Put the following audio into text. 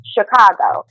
Chicago